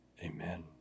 Amen